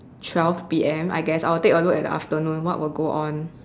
twelve P_M I guess I will take a look at the afternoon what will go on